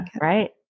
Right